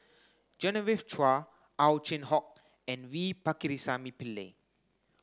Genevieve Chua Ow Chin Hock and V Pakirisamy Pillai